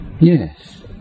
yes